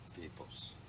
Peoples